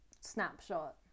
snapshot